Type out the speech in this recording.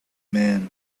man